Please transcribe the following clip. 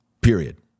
period